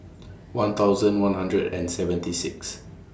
one thousand one hundred and seventy six